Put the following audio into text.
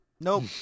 Nope